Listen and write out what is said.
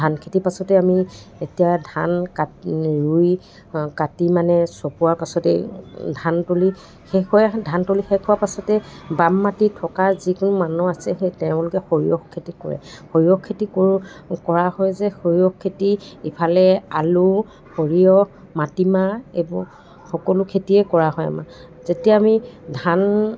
ধান খেতিৰ পাছতেই আমি এতিয়া ধান কাটি ৰুই কাটি মানে চপোৱা পাছতেই ধান তুলি শেষ হয় ধান তুলি শেষ হোৱা পাছতেই বাম মাটি থকা যিকোনো মানুহ আছে সেই তেওঁলোকে সৰিয়হ খেতি কৰে সৰিয়হ খেতি কৰোঁ কৰা হয় যে সৰিয়হ খেতি ইফালে আলু সৰিয়হ মাটিমাহ এইবোৰ সকলো খেতিয়েই কৰা হয় আমাৰ যেতিয়া আমি ধান